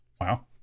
Wow